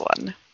one